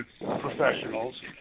professionals